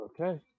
Okay